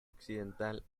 occidental